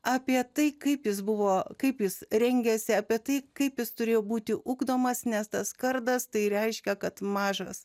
apie tai kaip jis buvo kaip jis rengiasi apie tai kaip jis turėjo būti ugdomas nes tas kardas tai reiškia kad mažas